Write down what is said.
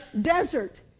desert